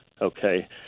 okay